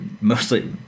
mostly